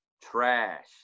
trash